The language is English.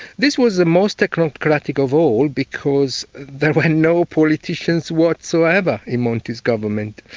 this was the most technocratic of all because there were no politicians whatsoever in monti's government.